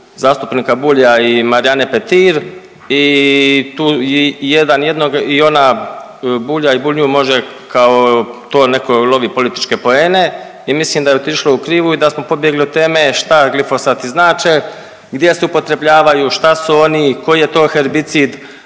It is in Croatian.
zastupnika Bulja i Marijane Petir i tu jedan jednog i ona Bulja i Bulj nju može kao to neko lovi političke poene i mislim da je otišlo u krivu i da smo pobjegli od teme šta glifosati znači, gdje se upotrebljavaju, šta su oni i koji je to herbicid